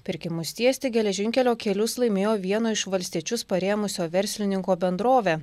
pirkimus tiesti geležinkelio kelius laimėjo vieno iš valstiečius parėmusio verslininko bendrovė